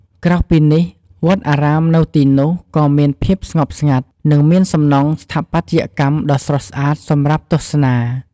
ក្រៅពីនេះ វត្តអារាមនៅទីនោះក៏មានភាពស្ងប់ស្ងាត់ និងមានសំណង់ស្ថាបត្យកម្មដ៏ស្រស់ស្អាតសម្រាប់ទស្សនា។